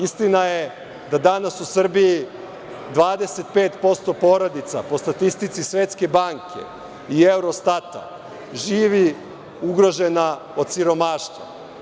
Istina je da danas u Srbiji 25% porodica, po statistici Svetske banke i Eurostata, živi ugrožena od siromaštva.